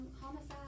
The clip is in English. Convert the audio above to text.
homicide